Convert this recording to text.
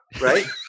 right